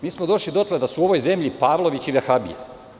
Mi smo došli dotle da su u ovoj zemlji Pavlovići vehabije.